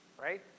right